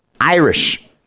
Irish